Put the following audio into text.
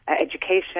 education